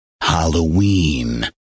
Halloween